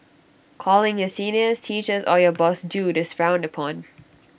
calling your seniors teachers or your boss dude is frowned upon